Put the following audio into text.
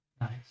Nice